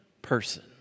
person